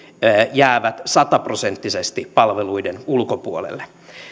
jäävät sata prosenttisesti palveluiden ulkopuolelle